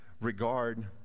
regard